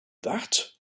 that